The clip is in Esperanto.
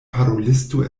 parolisto